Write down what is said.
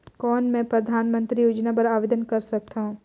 कौन मैं परधानमंतरी योजना बर आवेदन कर सकथव?